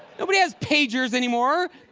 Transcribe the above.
nobody has pagers anymore.